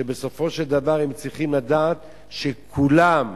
שבסופו של דבר הם צריכים לדעת שכולם